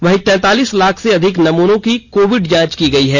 वहीं तैंतालीस लाख से अधिक नमूनों की कोविड जांच की गई है